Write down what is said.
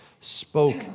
spoke